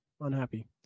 Unhappy